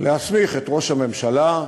להסמיך את ראש הממשלה,